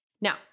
Now